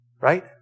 Right